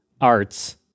arts